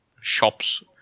shops